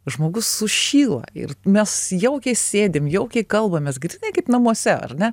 žmogus sušyla ir mes jaukiai sėdim jaukiai kalbamės grynai kaip namuose ar ne